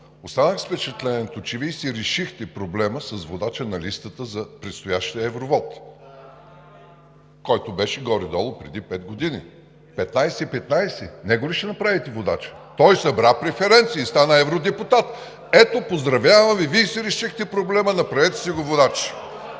останах с впечатлението, че Вие си решихте проблема с водача на листата за предстоящия евровот, който беше горе-долу преди пет години. 15/15 – него ли ще направите водача?! (Шум и реплики от „БСП за България“.) Той събра преференции и стана евродепутат. Ето, поздравявам Ви, Вие си решихте проблема, направете си го водач!